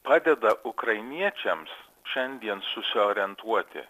padeda ukrainiečiams šiandien susiorientuoti